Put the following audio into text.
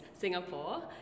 Singapore